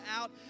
out